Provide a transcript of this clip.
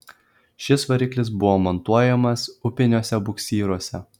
šis variklis buvo montuojamas upiniuose buksyruose